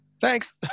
Thanks